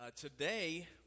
Today